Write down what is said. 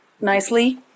nicely